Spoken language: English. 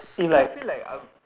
feel like